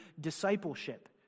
discipleship